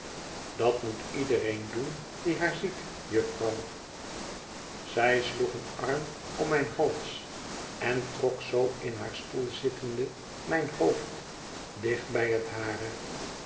dat moet iedereen doen die haar ziet jufvrouw zij sloeg een arm om mijn hals en trok zoo in haar stoel zittende mijn hoofd dicht bij het hare